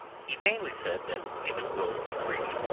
he vainly said that human will is free,